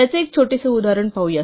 याचे एक छोटेसे उदाहरण पाहू